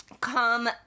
come